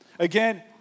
Again